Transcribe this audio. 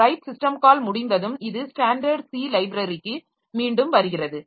right system call முடிந்ததும் இது standard C லைப்ரரிக்கு மீண்டும் வருகிறது